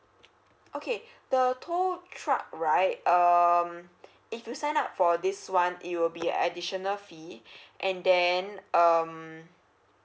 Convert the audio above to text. okay the tow truck right um if you sign up for this one it will be a additional fee and then um